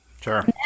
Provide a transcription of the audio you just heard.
sure